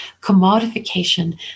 commodification